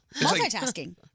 Multitasking